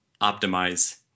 optimize